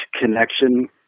connection